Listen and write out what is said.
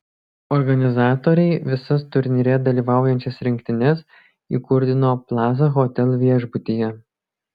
organizatoriai visas turnyre dalyvaujančias rinktines įkurdino plaza hotel viešbutyje